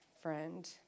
friend